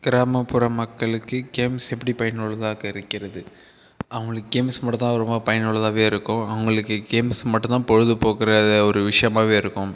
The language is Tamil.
கிராமப்புற மக்களுக்கு கேம்ஸ் எப்படி பயனுள்ளதாக இருக்கிறது அவர்களுக்கு கேம்ஸ் மட்டுந்தான் ரொம்ப பயனுள்ளதாகவே இருக்கும் அவர்களுக்கு கேம்ஸ் மட்டுந்தான் பொழுதுப் போக்குற ஒரு விஷயமாகவே இருக்கும்